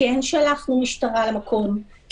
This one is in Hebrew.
כן שלחנו משטרה למקום,